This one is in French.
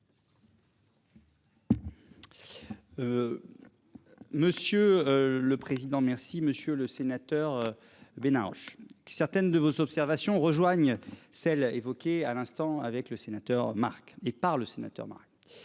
Monsieur le président. Merci Monsieur le sénateur Bénin hanche qui certaines de vos observations rejoignent celles évoquées à l'instant avec le sénateur Marc et par le sénateur Mac.